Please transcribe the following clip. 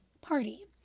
Party